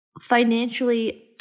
financially